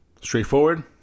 Straightforward